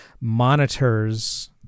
monitors